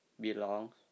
belongs